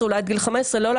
אין בעיה,